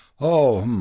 oh hmm.